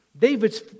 David's